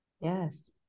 yes